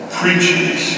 preaches